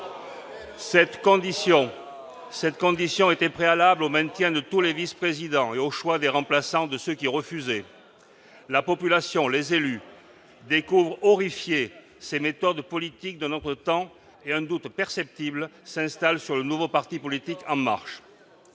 Cette condition était préalable au maintien de tous les vice-présidents et au choix des remplaçants de ceux qui refusaient. La population et les élus découvrent, horrifiés, ces méthodes politiques d'un autre temps, et un doute perceptible s'installe sur le nouveau parti politique La